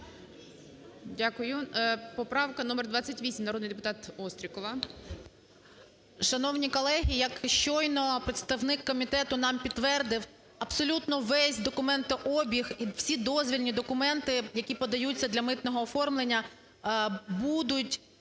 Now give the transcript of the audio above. Дякую. Поправка номер 28, народний депутат Острікова. 12:51:04 ОСТРІКОВА Т.Г. Шановні колеги, як щойно представник комітету нам підтвердив, абсолютно весь документообіг, всі дозвільні документи, які подаються для митного оформлення, будуть